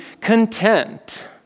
content